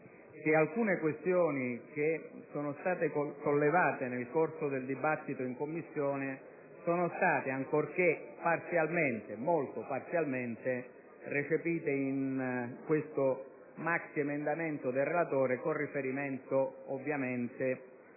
alcune questioni, sollevate nel corso del dibattito in Commissione, sono state, ancorché molto parzialmente, recepite in questo maxiemendamento del relatore, con riferimento ovviamente